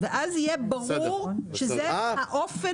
ואז יהיה ברור שזה האופן.